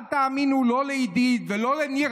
אל תאמינו לא לעידית ולא לניר.